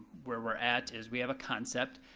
where we're at is we have a concept,